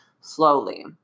slowly